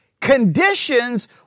Conditions